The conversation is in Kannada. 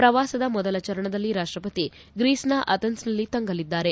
ಪ್ರವಾಸದ ಮೊದಲ ಚರಣದಲ್ಲಿ ರಾಷ್ಟಪತಿ ಗ್ರೀಸ್ನ ಅಥೆನ್ಸ್ನಲ್ಲಿ ತಂಗಲಿದ್ದಾರೆ